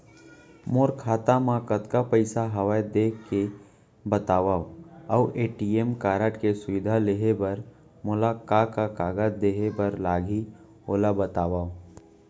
मोर खाता मा कतका पइसा हवये देख के बतावव अऊ ए.टी.एम कारड के सुविधा लेहे बर मोला का का कागज देहे बर लागही ओला बतावव?